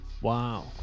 Wow